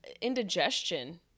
indigestion